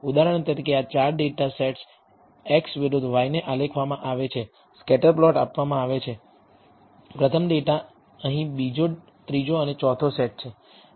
ઉદાહરણ તરીકે આ 4 ડેટા સેટ્સ x વિરુદ્ધ y આલેખવામાં આવે છે સ્કેટર પ્લોટ આપવામાં આવે છે અહીં પ્રથમ બીજો ત્રીજો અને ચોથો ડેટાસેટ છે